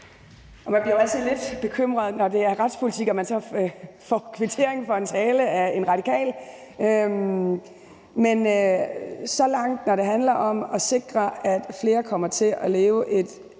Man bliver jo altid lidt bekymret, når det er retspolitik og man så får en kvittering for en tale af en radikal. Men når det handler om den del om at sikre, at flere kommer til at leve et